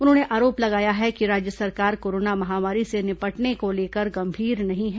उन्होंने आरोप लगाया है कि राज्य सरकार कोरोना महामारी से निपटने को लेकर गंभीर नहीं है